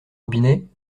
robinet